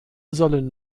sollen